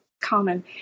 common